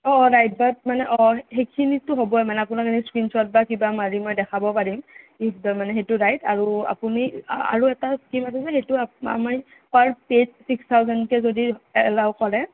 মানে অঁ সেইখিনিটো হ'বয়ে মানে স্কিন ছট বা কিবা মাৰি মই দেখাব পাৰিম ইফ দা মানে সেইটো ৰাইট আপুনি আৰু এটা কি সুধিছিল এইটো আমাৰ ইয়াত পাৰ পেইজ ছিক্স থাউজেনকৈ যদি এলাও কৰে